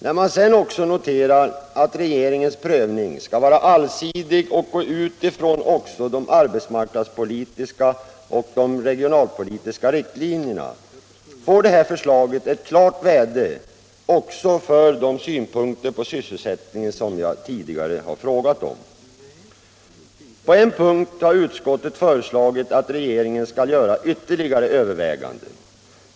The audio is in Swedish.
När man sedan också noterar att regeringens prövning skall vara allsidig och även utgå från de arbetsmarknadspolitiska och de regionalpolitiska riktlinjerna får det här förslaget ett klart värde också för de synpunkter på sysselsättningen som jag tidigare har frågat om. På en punkt har utskottet föreslagit att regeringen skall göra ytterligare överväganden.